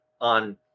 on